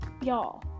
y'all